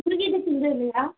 உங்ககிட்ட சில்லற இல்லையா